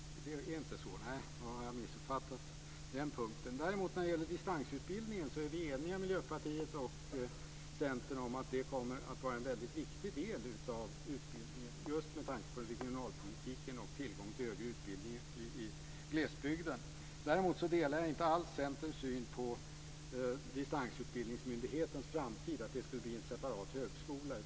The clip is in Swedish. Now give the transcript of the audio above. Är det inte så? Nehej, då har jag missuppfattat den punkten. Däremot är vi eniga - Miljöpartiet och Centern - när det gäller distansutbildningen. Den kommer att vara en väldigt viktig del av utbildningen just med tanke på regionalpolitiken och tillgången till högre utbildning ute i glesbygden. Men jag delar inte alls Centerns syn på distansutbildningsmyndighetens framtid och att det skulle bli en separat högskola av detta.